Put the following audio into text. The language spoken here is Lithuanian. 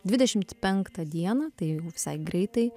dvidešimt penktą dieną tai jau visai greitai